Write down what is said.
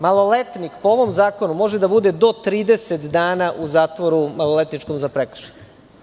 Maloletnik, po ovom zakonu, može da bude do 30 dana u maloletničkom zatvoru za prekršaje.